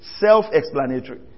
Self-explanatory